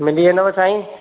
मिली वेंदव साईं